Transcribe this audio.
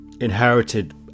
inherited